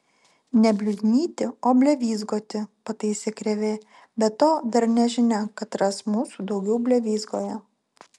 ne bliuznyti o blevyzgoti pataise krėvė be to dar nežinia katras mūsų daugiau blevyzgoja